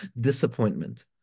disappointment